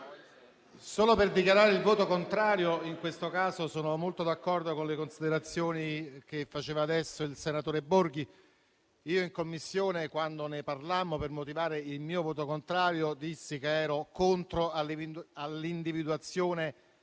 per dichiarare il voto contrario. In questo caso sono molto d'accordo con le considerazioni che faceva adesso il senatore Borghi. In Commissione, quando ne parlammo, per motivare il mio voto contrario dissi che ero contro l'individuazione